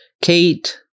Kate